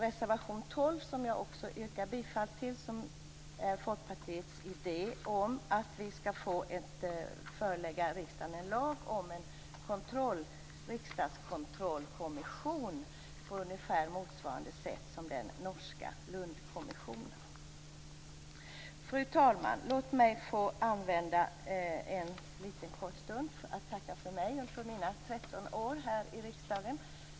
Reservation 12, som jag yrkar bifall till, gäller Folkpartiets idé om att riksdagen skall föreläggas en lag om riksdagskontrollkommission på ungefär motsvarande sätt som den norska Lundkommissionen. Fru talman! Låt mig få använda en liten kort stund för att tacka för mig och för mina 13 år här i riksdagen.